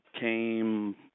came